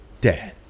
dad